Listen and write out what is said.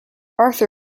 arthur